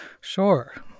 Sure